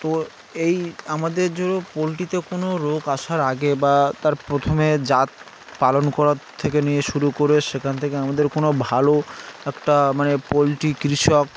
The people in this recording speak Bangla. তো এই আমাদের পোলট্রিতে কোনো রোগ আসার আগে বা তার প্রথমে জাত পালন করার থেকে নিয়ে শুরু করে সেখান থেকে আমাদের কোনো ভালো একটা মানে পোলট্রি কৃষক